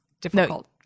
difficult